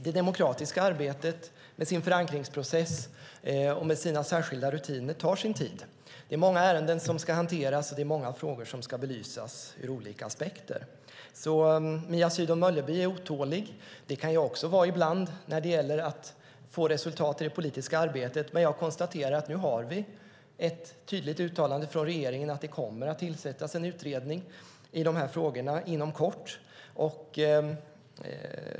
Det demokratiska arbetet med sin förankringsprocess och sina särskilda rutiner tar sin tid. Det är många ärenden som ska hanteras och många frågor som ska belysas ur olika aspekter. Mia Sydow Mölleby är otålig. Det kan jag också vara ibland när det gäller att få resultat i det politiska arbetet. Jag konstaterar dock att vi nu har ett tydligt uttalande från regeringen att det kommer att tillsättas en utredning i de här frågorna inom kort.